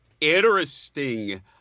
interesting